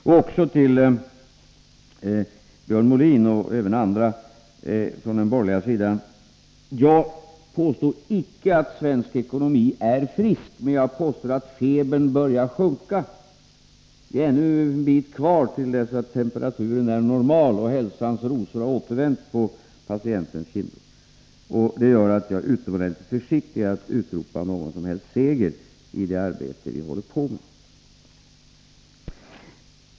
Jag har inte, Björn Molin och andra borgerliga talesmän, påstått att svensk ekonomi är frisk, men jag påstår att febern börjar sjunka. Det är ännu en bit kvar tills temperaturen är normal och hälsans rosor har återvänt på patientens kinder. Det gör att jag är utomordentligt försiktig med att utropa någon som helst seger i det arbete vi håller på med.